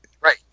right